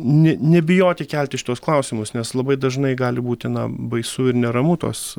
ne nebijoti kelti šituos klausimus nes labai dažnai gali būti na baisu ir neramu tuos